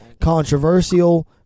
controversial